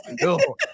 no